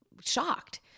shocked